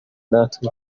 natwe